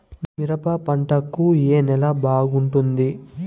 మిరప పంట కు ఏ నేల బాగుంటుంది?